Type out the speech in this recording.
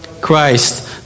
Christ